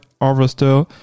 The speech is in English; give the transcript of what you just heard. Harvester